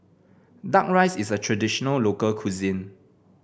duck rice is a traditional local cuisine